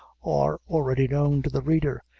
are already known to the reader,